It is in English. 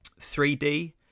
3D